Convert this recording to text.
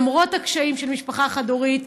למרות הקשיים של משפחה חד-הורית,